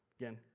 Again